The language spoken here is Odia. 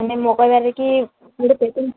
ମାନେ ମୋ କହିବାରେ କି ଗୋଟେ